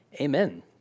Amen